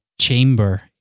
chamber